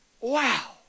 Wow